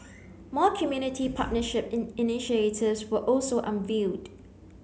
more community partnership initiatives were also unveiled